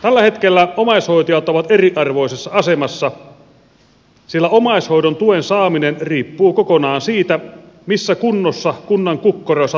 tällä hetkellä omaishoitajat ovat eriarvoisessa asemassa sillä omaishoidon tuen saaminen riippuu kokonaan siitä missä kunnossa kunnan kukkaro sattuu olemaan